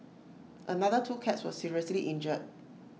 another two cats were seriously injured